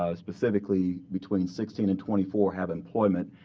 ah specifically between sixteen and twenty four, have employment,